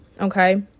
okay